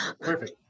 Perfect